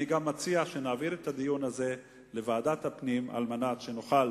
אני גם מציע שנעביר את הדיון הזה לוועדת הפנים על מנת שנוכל